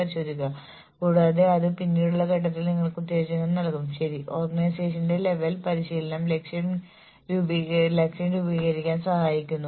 സാധാരണയായി വർഷത്തിലൊരിക്കൽ നൽകുന്ന അടിസ്ഥാന ശമ്പളത്തിന്റെ വർദ്ധനവ് ഇതിൽ ഉൾപ്പെടുന്നു